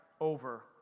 over